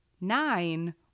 nine